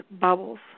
bubbles